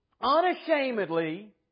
unashamedly